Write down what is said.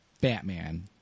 Batman